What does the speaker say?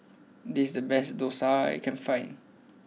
this is the best Dosa that I can find